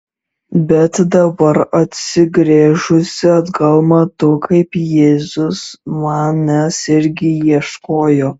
bet dabar atsigręžusi atgal matau kaip jėzus manęs irgi ieškojo